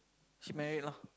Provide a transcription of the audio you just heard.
she married lah